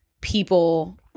people